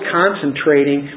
concentrating